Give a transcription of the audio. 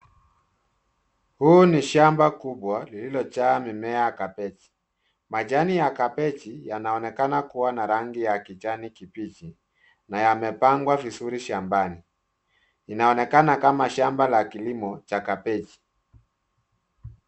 Huu ni shamba kubwa lililojaa mimea ya kabichi. Majani ya kabichi yanaonekana kuwa na rangi ya kijani kibichi na yamepangwa vizuri shambani. Inaonekana kama shamba la kilimo cha kabichi.